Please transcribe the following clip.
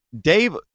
dave